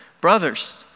Brothers